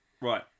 Right